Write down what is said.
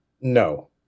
No